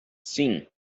sim